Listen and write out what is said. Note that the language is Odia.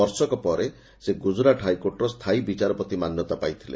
ବର୍ଷକ ପରେ ସେ ଗୁଜରାଟ ହାଇକୋର୍ଟର ସ୍ତାୟୀ ବିଚାରପତି ମାନ୍ୟତା ପାଇଥିଲେ